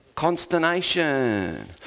consternation